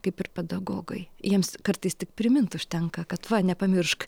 kaip ir pedagogai jiems kartais tik primint užtenka kad va nepamiršk